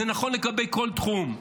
זה נכון לגבי כל תחום.